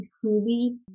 truly